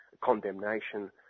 condemnation